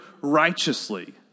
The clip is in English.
righteously